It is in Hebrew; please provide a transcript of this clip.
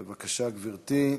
בבקשה, גברתי.